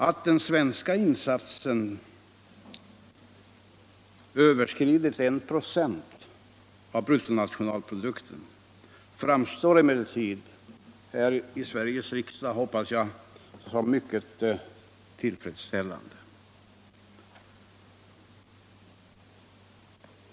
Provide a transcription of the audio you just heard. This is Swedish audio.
Alt den svenska insatsen överskridit I 96 av bruttonationalprodukten hoppas jag emellertid i Sveriges riksdag framstår som mycket tillfredsställande.